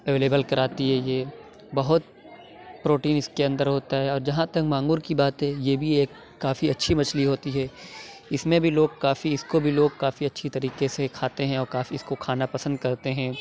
available کراتی ہے یہ بہت پروٹین اس کے اندر ہوتا ہے اور جہاں تک مانگور کی بات ہے یہ بھی ایک کافی اچھی مچھلی ہوتی ہے اِس میں بھی لوگ کافی اِس کو بھی لوگ کافی اچھی طریقے سے کھاتے ہیں اور کافی اِس کو کھانا پسند کرتے ہیں